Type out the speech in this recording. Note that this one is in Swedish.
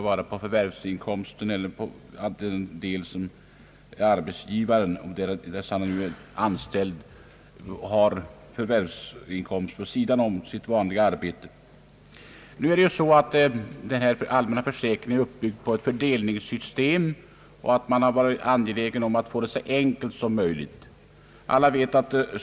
För = förvärvsarbetande med inkomst av både anställning och annat förvärvsarbete skulle basbeloppet i första hand avräknas mot inkomsten av annat förvärvsarbete. Den allmänna försäkringen är uppbyggd på ett fördelningssystem, och man har varit angelägen om att få det så enkelt som möjligt.